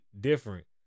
different